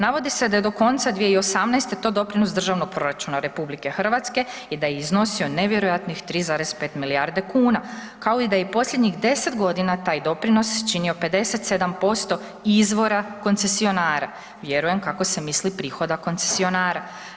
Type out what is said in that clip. Navodi se da je do konca 2018. to doprinos državnog proračuna RH i da je iznosio nevjerojatnih 3,5 milijarde kuna kao da je i posljednjih 10 g. taj doprinos činio 57% izvora koncesionara, vjerujem kako se mislim prihoda koncesionara.